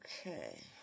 Okay